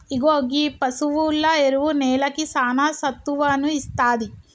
ఇగో గీ పసువుల ఎరువు నేలకి సానా సత్తువను ఇస్తాది